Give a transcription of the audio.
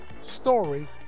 story